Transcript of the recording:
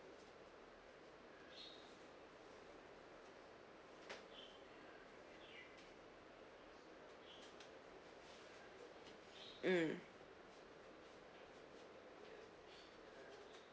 mm